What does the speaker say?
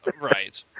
Right